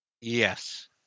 Yes